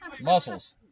Muscles